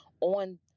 on